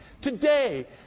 Today